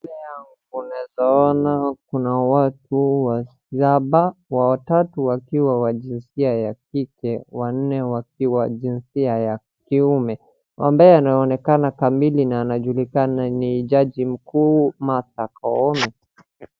Mbele yangu unaweza ona kuna watu wasaba watatu wakiwa wa jinsia ya kike wa nne wakiwa wa jinsia ya kiume. Ambaye anaonekana kamili na anajulikana ni jaji mkuu Martha Koome.